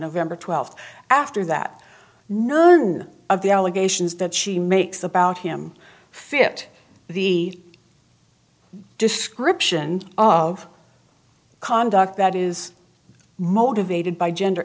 november twelfth after that none of the allegations that she makes about him fit the description of conduct that is motivated by gender